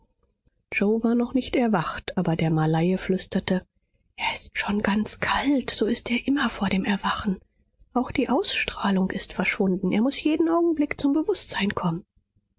yoe war noch nicht erwacht aber der malaie flüsterte er ist schon ganz kalt so ist er immer vor dem erwachen auch die ausstrahlung ist verschwunden er muß jeden augenblick zum bewußtsein kommen